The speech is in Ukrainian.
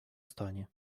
стані